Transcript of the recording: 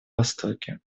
востоке